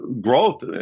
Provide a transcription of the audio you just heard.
growth